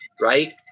right